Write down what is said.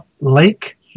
Lake